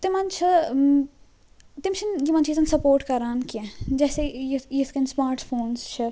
تِمن چھِ تِم چھِنہٕ یمن چیٖزَن سَپورٹ کران کینٛہہ جیسے یِتھ کٔنۍ سٕمارٹ فونٕز چھِ